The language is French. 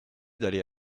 d’aller